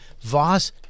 Voss